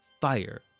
fire